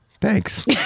Thanks